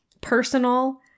personal